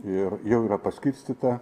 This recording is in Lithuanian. ir jau yra paskirstyta